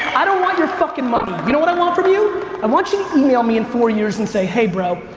i don't want your fucking money. you know what i want from you? i want you to email me in four years and say hey, bro,